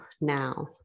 now